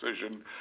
decision